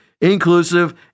inclusive